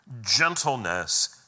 gentleness